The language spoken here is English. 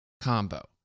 combo